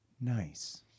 nice